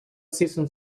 season